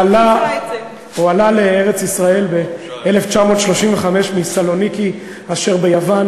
הוא עלה לארץ-ישראל ב-1935 מסלוניקי אשר ביוון,